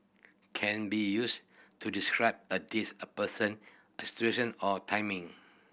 can be used to describe a dish a person a situation or timing